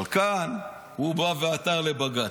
אבל כאן, הוא בא ועתר לבג"ץ.